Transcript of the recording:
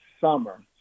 summer